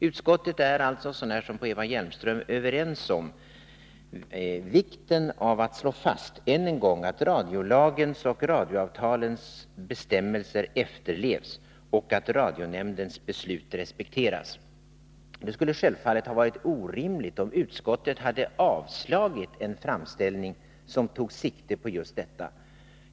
Utskottets ledamöter är alltså, så när som på Eva Hjelmström, överens om att än en gång slå fast vikten av att radiolagens och radioavtalens bestämmelser efterlevs och att radionämndens beslut respekteras. Det vore självfallet orimligt av utskottet att avstyrka en framställning som tog sikte på just detta.